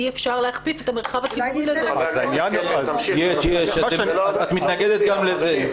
אי אפשר להכפיף את המרחב הציבורי --- את מתנגדת גם לזה.